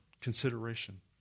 consideration